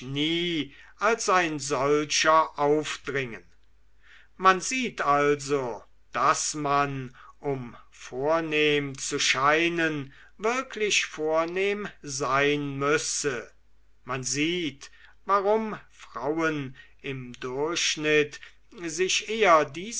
nie als ein solcher aufdringen man sieht also daß man um vornehm zu scheinen wirklich vornehm sein müsse man sieht warum frauen im durchschnitt sich eher dieses